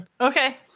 Okay